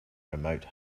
remote